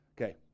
okay